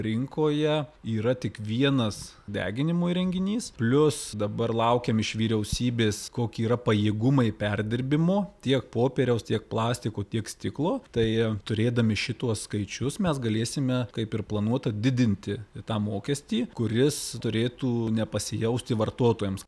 rinkoje yra tik vienas deginimo įrenginys plius dabar laukiam iš vyriausybės koki yra pajėgumai perdirbimo tiek popieriaus tiek plastiko tiek stiklo tai turėdami šituos skaičius mes galėsime kaip ir planuota didinti tą mokestį kuris turėtų nepasijausti vartotojams